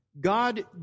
God